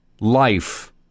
life